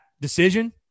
decision